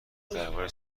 درباره